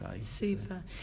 super